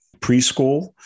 preschool